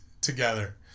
together